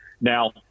Now